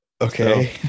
Okay